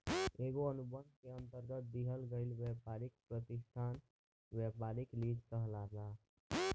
एगो अनुबंध के अंतरगत दिहल गईल ब्यपारी प्रतिष्ठान ब्यपारिक लीज कहलाला